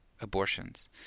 abortions